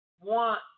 want